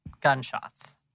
gunshots